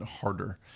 harder